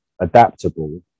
adaptable